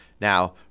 Now